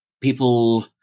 people